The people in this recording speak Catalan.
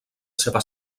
seva